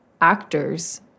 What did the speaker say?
actors